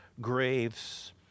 graves